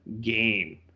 game